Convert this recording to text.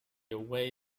away